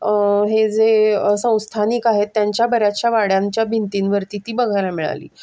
हे जे संस्थानिक आहेत त्यांच्या बऱ्याचशा वाड्यांच्या भिंतींवरती ती बघायला मिळाली